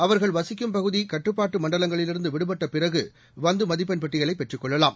அவர்கள் வசிக்கும் பகுதி கட்டுப்பாட்டு மண்டலங்களிலிருந்து விடுபட்ட பிறகு வந்து மதிப்பெண் பட்டியலை பெற்றுக் கொள்ளலாம்